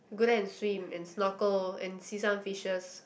go there and swim and snorkel and see some fishes